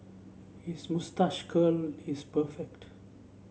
his moustache curl is perfect